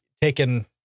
taken